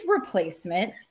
replacement